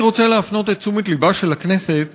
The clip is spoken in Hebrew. אני רוצה להפנות את תשומת לבה של הכנסת